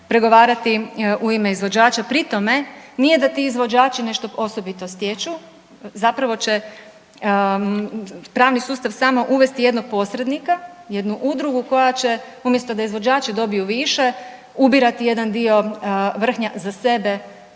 pregovarati u ime izvođača. Pri tome nije da ti izvođači nešto osobito stječu, zapravo će pravni sustav samo uvesti jednog posrednika, jednu udrugu koja će umjesto da izvođači dobiju više ubirati jedan dio vrhnja za sebe